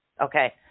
Okay